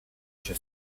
się